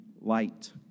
light